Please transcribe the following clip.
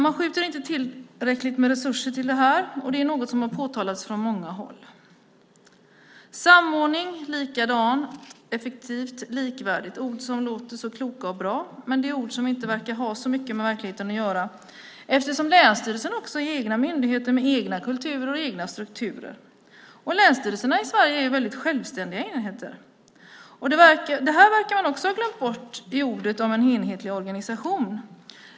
Man skjuter inte heller till tillräckligt med resurser här, något som påtalats från många håll. Med samordningen är det likadant. Orden "effektivt" och "likvärdigt" låter så kloka och bra, men det är ord som inte verkar ha så mycket med verkligheten att göra eftersom länsstyrelserna har egna myndigheter med egna kulturer och egna strukturer. Länsstyrelserna i Sverige är väldigt självständiga enheter. Också det verkar man ha glömt bort när det gäller orden om enhetlig organisation.